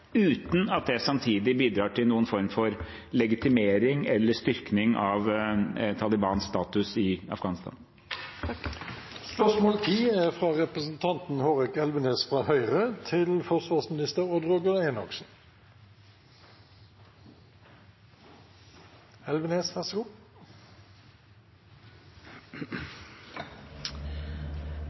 uten at det samtidig bidrar til noen form for legitimering eller styrking av Talibans status i Afghanistan.